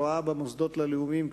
רואה במוסדות הלאומיים,